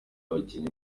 yakinnye